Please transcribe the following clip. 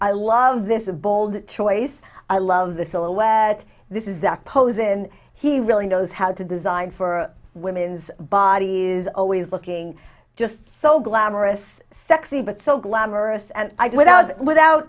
i love this a bold choice i love the silhouette this is that pose in he really knows how to design for women's bodies always looking just so glamorous sexy but so glamorous and i do without without